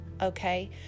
okay